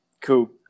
Cool